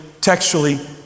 textually